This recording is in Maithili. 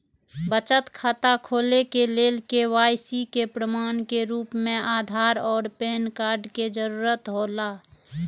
बचत खाता खोले के लेल के.वाइ.सी के प्रमाण के रूप में आधार और पैन कार्ड के जरूरत हौला